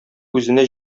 үзенә